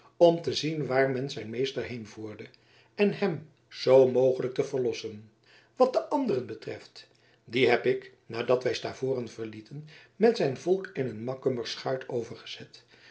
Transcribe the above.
om te zien waar men zijn meester heenvoerde en hem zoo mogelijk te verlossen wat den anderen betreft dien heb ik nadat wij stavoren verlieten met zijn volk in een makkummer schuit overgezet